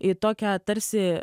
į tokią tarsi